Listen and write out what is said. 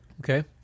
Okay